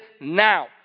now